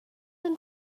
and